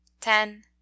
ten